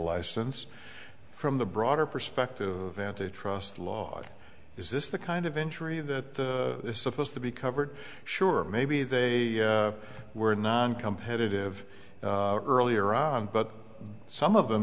license from the broader perspective vantage trust law is this the kind of injury that is supposed to be covered sure maybe they were noncompetitive earlier on but some of them